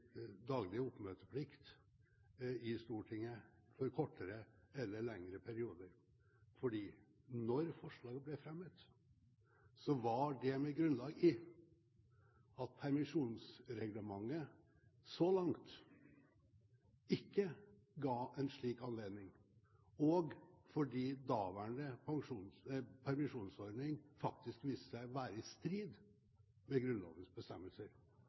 oppmøteplikt i Stortinget for kortere eller lengre perioder, fordi da forslaget ble fremmet, var det med grunnlag i at permisjonsreglementet så langt ikke ga en slik anledning, og fordi daværende permisjonsordning faktisk viste seg å være i strid med Grunnlovens bestemmelser.